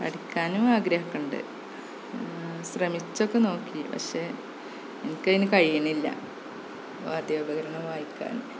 പഠിക്കാനും ആഗ്രഹമൊക്കെയുണ്ട് ശ്രമിച്ചൊക്കെ നോക്കി പക്ഷേ എനിക്ക് അതിനു കഴിയണില്ല വാദ്യോപകരണം വായിക്കാൻ